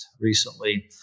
recently